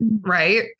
Right